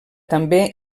també